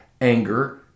anger